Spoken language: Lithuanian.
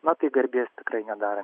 na tai garbės tikrai nedaro